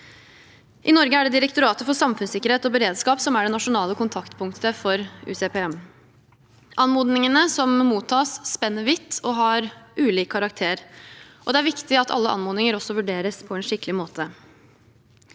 I Norge er det Direktoratet for samfunnssikkerhet og beredskap som er det nasjonale kontaktpunktet for UCPM. Anmodningene som mottas, spenner vidt og har ulik karakter. Det er viktig at alle anmodninger vurderes på en skikkelig måte.